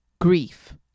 grief